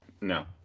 no